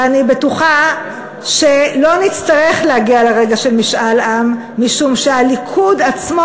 ואני בטוחה שלא נצטרך להגיע לרגע של משאל עם משום שהליכוד עצמו